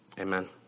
Amen